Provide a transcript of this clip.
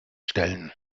stellen